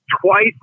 twice